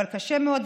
אבל קשה מאוד,